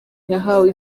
yahawe